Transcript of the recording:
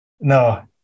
no